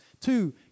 Two